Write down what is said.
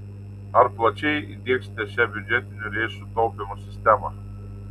ar plačiai įdiegsite šią biudžetinių lėšų taupymo sistemą